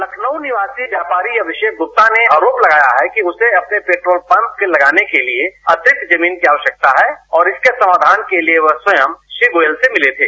लखनऊ निवासी व्यापारी अभिषेक गुप्ता ने आरोप लगाया है कि उसे अपने पेट्रोल पंप लगाने के लिए अतिरिक्त जमीन की आवश्यकता है और इसके समाधान के लिए वे स्वयं श्री गोयल से मिले थे